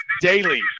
daily